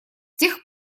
тех